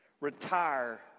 retire